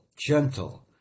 gentle